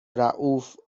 رئوف